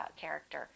character